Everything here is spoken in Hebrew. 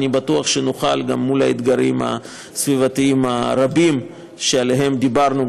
אני בטוח שנוכל גם מול האתגרים הסביבתיים הרבים שעליהם דיברנו,